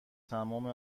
تمام